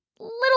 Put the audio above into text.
little